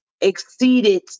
exceeded